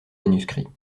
manuscrits